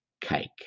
cake